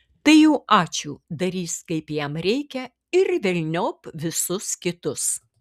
tai jau ačiū darys kaip jam reikia ir velniop visus kitus